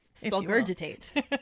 Spellgurgitate